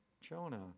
Jonah